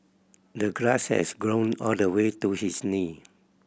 the grass has grown all the way to his knee